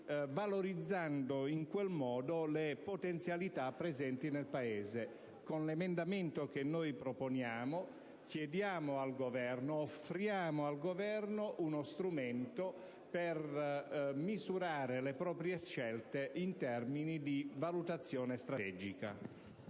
valorizzando in quel modo le potenzialità presenti nel Paese. Con l'emendamento 7.9 che noi proponiamo offriamo dunque al Governo uno strumento per misurare le proprie scelte in termini di valutazione strategica.